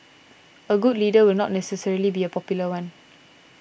a good leader will not necessarily be a popular one